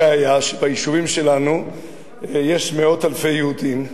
הראיה, שביישובים שלנו יש מאות אלפי יהודים,